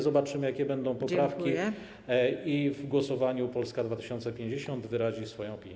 Zobaczymy, jakie będą poprawki, i w głosowaniu Polska 2050 wyrazi swoją opinię.